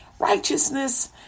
Righteousness